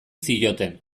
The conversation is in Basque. zioten